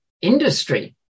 industry